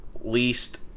least